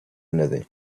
another